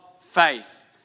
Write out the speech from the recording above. faith